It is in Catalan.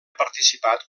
participat